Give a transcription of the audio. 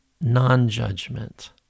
non-judgment